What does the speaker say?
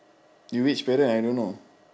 you which parent I don't know